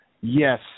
Yes